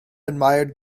admired